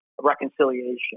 reconciliation